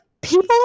people